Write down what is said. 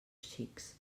xics